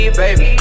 baby